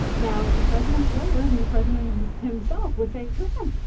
yeah now, the president's lawyers and the president and himself would say, listen,